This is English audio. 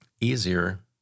easier